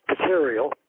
material